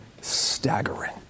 staggering